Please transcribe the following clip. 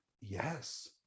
Yes